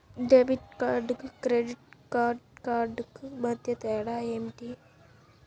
Debit కార్డుకు credit credit కార్డుకు మధ్య తేడా ఏమిటీ?